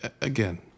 again